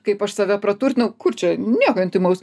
kaip aš save praturtinau kur čia nieko intymaus